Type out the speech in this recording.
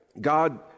God